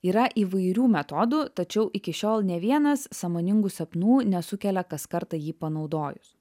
yra įvairių metodų tačiau iki šiol nė vienas sąmoningų sapnų nesukelia kas kartą jį panaudojus